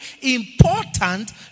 important